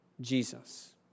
Jesus